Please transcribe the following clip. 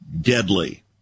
deadly